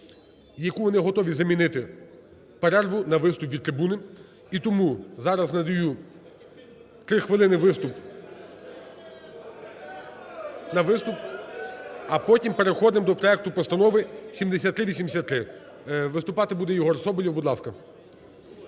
яку вони готові замінити перерву на виступ від трибуни. І тому зараз надаю три хвилини виступ… (Шум у залі) на виступ, а потім переходимо до проекту Постанови 7383. Виступати буде Єгор Соболєв. Будь ласка.